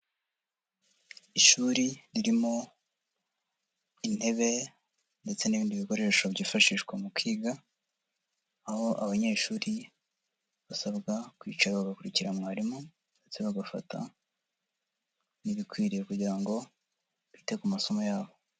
Ishuri ririmo intebe ndetse n'ibindi bikoresho byifashishwa mu kwiga, aho abanyeshuri basabwa kwicara bagakurikira mwarimu ndetse bagafata n'ibikwiriye kugira ngo bite ku masomo yabo.